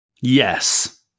Yes